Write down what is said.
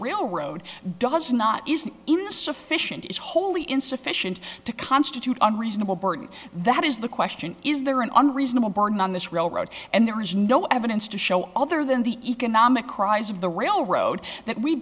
railroad does not in the sufficient is wholly insufficient to constitute unreasonable burden that is the question is there an unreasonable barn on this railroad and there is no evidence to show other than the economic crimes of the railroad that we